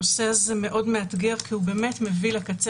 הנושא הזה מאוד מאתגר כי הוא באמת מביא לקצה,